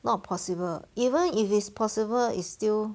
not possible even if it's possible it's still